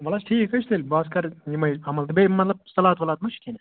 وَلہٕ حظ ٹھیٖک حظ چھِ تیٚلہِ بہٕ حظ کَرٕ یِمٕے عمل تہٕ بیٚیہِ مطلب سلاد ولاد ما چھِ کھیٚنۍ